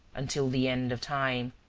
until the end of time.